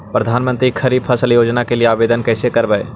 प्रधानमंत्री खारिफ फ़सल योजना के लिए आवेदन कैसे करबइ?